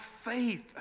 faith